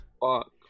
Fuck